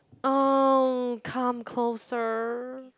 oh come closer